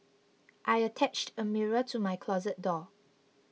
I attached a mirror to my closet door